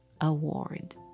Award